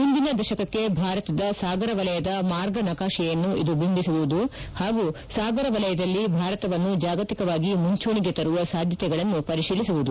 ಮುಂದಿನ ದಶಕಕ್ಕೆ ಭಾರತದ ಸಾಗರ ವಲಯದ ಮಾರ್ಗ ನಕಾಶೆಯನ್ನು ಇದು ಬಿಂಬಿಸುವುದು ಹಾಗೂ ಸಾಗರ ವಲಯದಲ್ಲಿ ಭಾರತವನ್ನು ಜಾಗತಿಕವಾಗಿ ಮುಂಚೂಣಿಗೆ ತರುವ ಸಾಧ್ಯತೆಗಳನ್ನು ಪರಿಶೀಲಿಸುವುದು